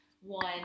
one